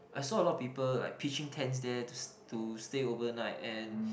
I saw a lot of people like pitching tents there to to stay overnight and